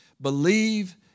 believe